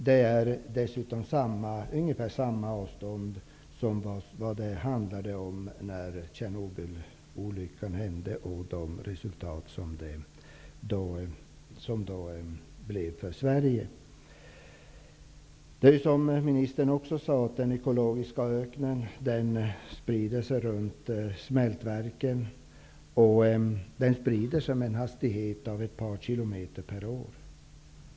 Det är dessutom ungefär samma avstånd som det handlade om när Tjernobylolyckan inträffade, med de resultat det ledde till för Sverige. Som ministern också sade sprider sig den ekologiska öknen runt smältverken, och den sprider sig med en hastighet av ett par kilometer per år.